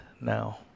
now